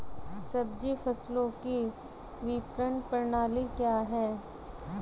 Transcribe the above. सब्जी फसलों की विपणन प्रणाली क्या है?